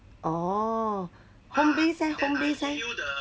orh home base eh home base eh